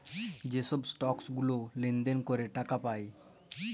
যে ছব ইসটক গুলা লেলদেল ক্যরে টাকা পায়